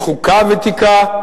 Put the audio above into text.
עם חוקה ותיקה,